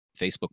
Facebook